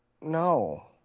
no